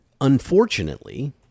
unfortunately